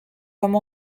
comme